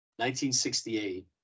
1968